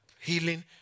healing